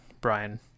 brian